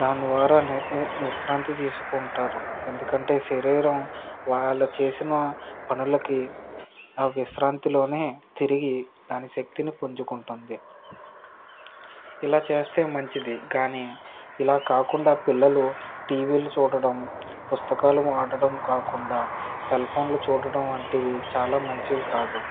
దాని ద్వారానే విశ్రాంతి తీసుకుంటారు ఎందుకంటే శరీరం వాళ్ళు చేసిన పనులకి విశ్రాంతిలోనే తిరిగి దాని శక్తిని పుంజుకుంటుంది ఇలా చేస్తే మంచిది కానీ ఇలా కాకుండా పిల్లలు టీవీలు చూడడం పుస్తకాలు వాడడం కాకుండా సెల్ఫోన్లు చూడటం వంటివి చాలా మంచివి కాదు